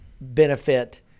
benefit